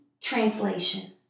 translation